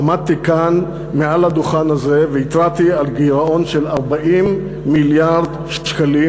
עמדתי כאן על הדוכן הזה והתרעתי על גירעון של 40 מיליארד שקלים.